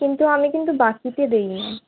কিন্তু আমি কিন্তু বাকিতে দেই না